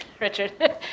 Richard